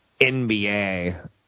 NBA